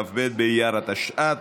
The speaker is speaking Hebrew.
כ"ב באייר התשע"ט,